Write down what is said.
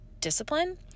discipline